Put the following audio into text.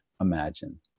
imagine